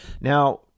now